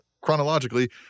chronologically